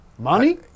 Money